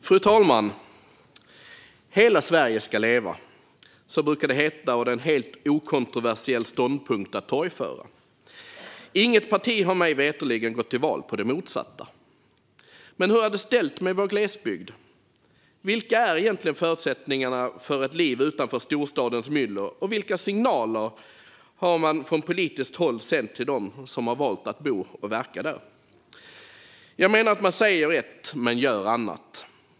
Fru talman! Hela Sverige ska leva. Ja, så brukar det heta, och det är en helt okontroversiell ståndpunkt att torgföra. Inget parti har mig veterligen gått till val på det motsatta. Men hur är det ställt med vår glesbygd? Vilka är egentligen förutsättningarna för ett liv utanför storstadens myller, och vilka signaler har man från politiskt håll sänt till dem som valt att bo och verka där? Jag menar att man säger ett men gör annat.